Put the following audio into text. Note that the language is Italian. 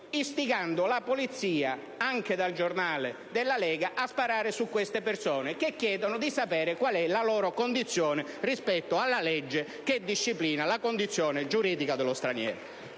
istigando la polizia - anche dal giornale della Lega - a sparare su persone che chiedono di sapere qual è la loro condizione rispetto alla legge che disciplina la condizione giuridica dello straniero.